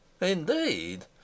indeed